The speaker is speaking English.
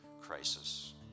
crisis